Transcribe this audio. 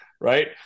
right